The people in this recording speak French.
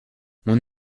mon